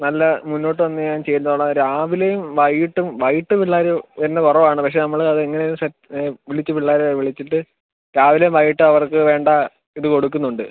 നല്ല മുന്നോട്ട് വന്ന് ഞാൻ ചെയ്തോളാം രാവിലെയും വൈകിട്ടും വൈകിട്ട് പിള്ളേർ വരുന്നത് കുറവ് ആണ് പക്ഷേ നമ്മൾ അത് എങ്ങനെയോ സ് വിളിച്ച് പിള്ളാരെ വിളിച്ചിട്ട് രാവിലെയും വൈകിട്ടും അവർക്ക് വേണ്ട ഇത് കൊടുക്കുന്നുണ്ട്